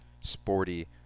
sporty